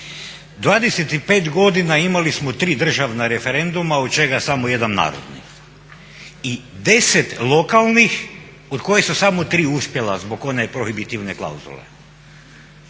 25 godina imali smo 3 državna referenduma od čega samo jedan narodni i 10 lokalnih od kojih su samo 3 uspjela zbog one prohibitivne klauzule.